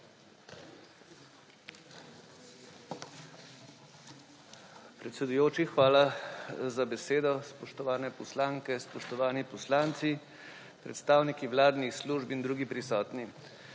Predsedujoči, hvala za besedo. Spoštovane poslanke, spoštovani poslanci, predstavniki vladnih služb in drugi prisotni!